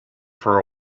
for